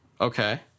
Okay